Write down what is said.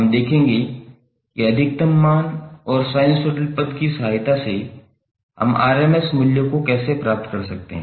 हम देखेंगे कि अधिकतम मान और साइनसॉइडल पद की सहायता से हम RMS मूल्य को कैसे प्राप्त कर सकते हैं